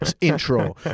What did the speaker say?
intro